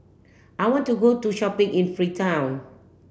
I want to go to shopping in Freetown